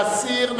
להסיר.